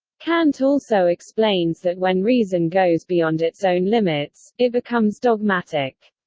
kant also explains that when reason goes beyond its own limits, it becomes dogmatic.